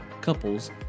couples